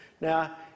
Now